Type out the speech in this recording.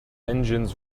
engines